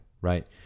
right